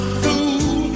fool